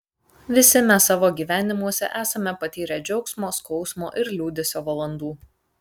visi mes savo gyvenimuose esame patyrę džiaugsmo skausmo ir liūdesio valandų